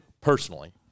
personally